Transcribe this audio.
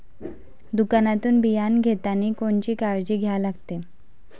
दुकानातून बियानं घेतानी कोनची काळजी घ्या लागते?